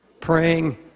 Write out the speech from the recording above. Praying